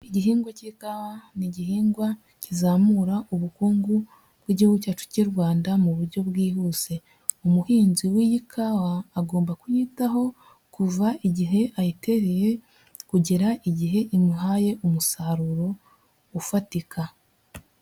Igihingwa cy'ikawa ni igihingwa kizamura ubukungu bw'igihugu cyacu cy'u Rwanda muburyo bwihuse, umuhinzi w'iyi kawa agomba kuyitaho kuva igihe ayitereye kugera igihe imuhaye umusaruro ufatika.